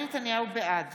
בעד